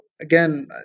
again